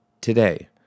Today